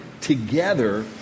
together